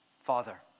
Father